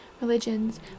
religions